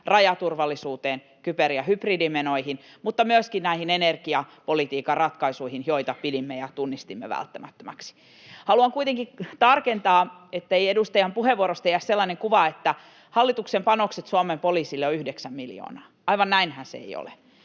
rajaturvallisuuteen, kyber- ja hybridimenoihin mutta myöskin näihin energiapolitiikan ratkaisuihin, joita pidimme ja tunnistimme välttämättömäksi. Haluan kuitenkin tarkentaa, ettei edustajan puheenvuorosta jää sellainen kuva, että hallituksen panokset Suomen poliisille on 9 miljoonaa, aivan näinhän se ei ole.